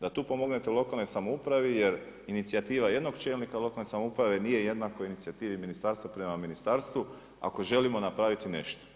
Da tu pomognete lokalnoj samoupravi jer inicijativa jednog čelnika lokalne samouprave nije jednako inicijativi ministarstva prema ministarstvu ako želimo napraviti nešto.